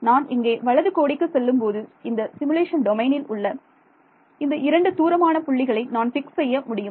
நான் இங்கே வலது கோடிக்கு செல்லும்போது இந்த சிமுலேஷன் டொமைனில் உள்ள இந்த இரண்டு தூரமான புள்ளிகளை நான் பிக்ஸ் செய்ய முடியும்